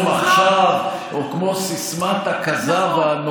זה כמו "שלום עכשיו" או כמו סיסמת הכזב הנוראה הזאת,